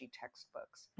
textbooks